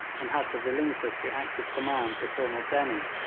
and had to relinquish the active command to colonel dennie.